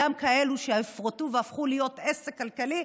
גם כאלה שהופרטו והפכו להיות עסק כלכלי,